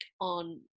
on